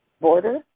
border